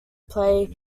play